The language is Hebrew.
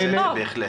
נעשה את זה בהחלט.